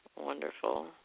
wonderful